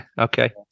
okay